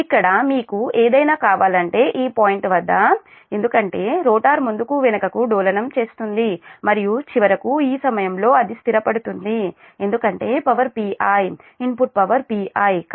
ఇక్కడ మీకు ఏదైనా కావాలంటే ఈ పాయింట్ వద్ద ఎందుకంటే రోటర్ ముందుకు వెనుకకు డోలనం చేస్తుంది మరియు చివరకు ఈ సమయంలో అది స్థిరపడుతుంది ఎందుకంటే power Pi input power Pi